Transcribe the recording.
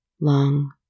long